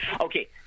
okay